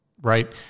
right